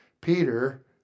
Peter